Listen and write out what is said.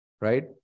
right